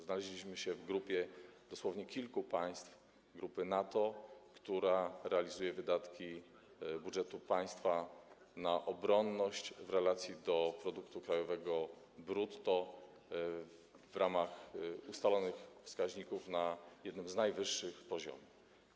Znaleźliśmy się w gronie dosłownie kilku państw grupy NATO, które realizują wydatki budżetu państwa na obronność w relacji do produktu krajowego brutto w ramach ustalonych wskaźników na jednym z najwyższych poziomów.